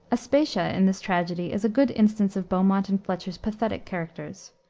aspatia, in this tragedy, is a good instance of beaumont and fletcher's pathetic characters.